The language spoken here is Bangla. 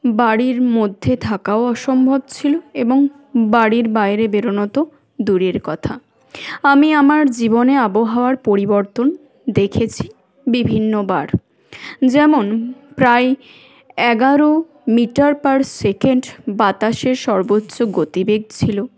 বাড়ির মধ্যে থাকাও অসম্ভব ছিল এবং বাড়ির বাইরে বেরনো তো দূরের কথা আমি আমার জীবনে আবহাওয়ার পরিবর্তন দেখেছি বিভিন্ন বার যেমন প্রায়ই এগারো মিটার পার সেকেন্ড বাতাসের সর্বোচ্চ গতিবেগ ছিল